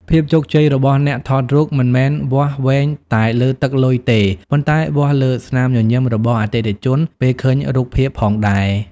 ភាពជោគជ័យរបស់អ្នកថតរូប មិនមែនវាស់វែងតែលើទឹកលុយទេ ប៉ុន្តែវាស់លើស្នាមញញឹមរបស់អតិថិជនពេលឃើញរូបភាពផងដែរ។